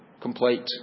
complete